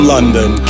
London